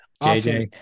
Awesome